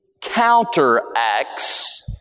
counteracts